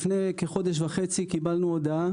לפני כחודש וחצי קיבלנו הודעה